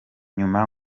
nyuma